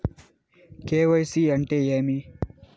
KYC అంటే ఏమి?